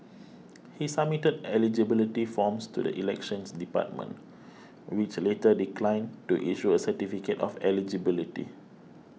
he submitted eligibility forms to the Elections Department which later declined to issue a certificate of eligibility